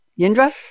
Yindra